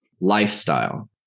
lifestyle